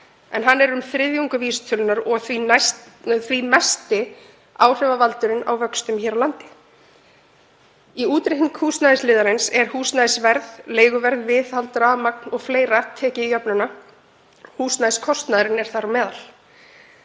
en hann er um þriðjungur vísitölunnar og því mesti áhrifavaldurinn á vexti hér á landi. Í útreikningi húsnæðisliðarins er húsnæðisverð, leiguverð, viðhald, rafmagn og fleira tekið inn í jöfnuna. Húsnæðiskostnaðurinn er þar á meðal.